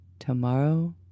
Tomorrow